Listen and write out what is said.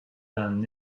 d’un